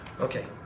Okay